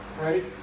Right